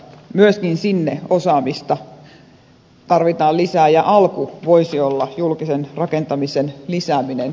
myöskin sinne osaamista tarvitaan lisää ja alku voisi olla julkisen puurakentamisen lisääminen